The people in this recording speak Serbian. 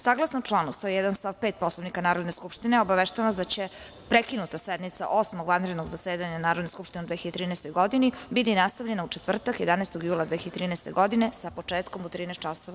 Saglasno članu 101. stav 5. Poslovnika Narodne skupštine, obaveštavam vas da će prekinuta sednica Osmog vanrednog zasedanja Narodne skupštine u 2013. godini biti nastavljena u četvrtak, 11. jula 2013. godine, sa početkom u 13.30 časova.